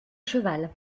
cheval